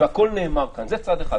זה צד אחד.